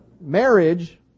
Marriage